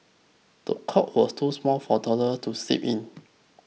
the cot was too small for toddler to sleep in